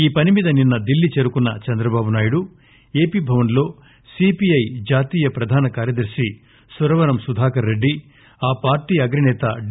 ఈ పని మీద నిన్న ఢిల్లీ చేరుకున్న చంద్రబాబునాయుడు ఎంపి భవన్లో సి పి ఐ జాతీయ ప్రధాన కార్యదర్ని సురవరం సుధాకర్రెడ్డి ఆ పార్టీ అగ్రనేత డి